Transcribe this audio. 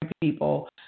people